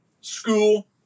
school